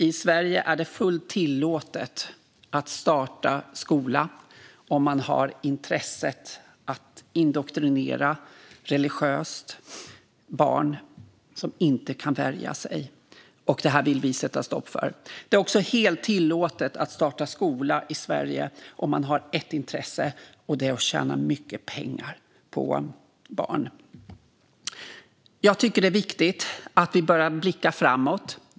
I Sverige är det fullt tillåtet att starta skola om man har intresset att indoktrinera barn religiöst, barn som inte kan värja sig. Detta vill vi sätta stopp för. Det är också helt tillåtet att starta skola i Sverige om man har ett intresse, och det är att tjäna mycket pengar på barn. Jag tycker att det är viktigt att vi börjar blicka framåt.